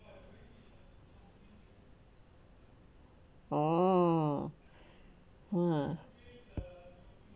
oh !wah!